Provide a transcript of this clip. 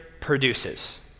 produces